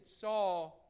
saw